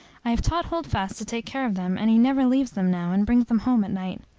i have taught holdfast to take care of them, and he never leaves them now, and brings them home at night.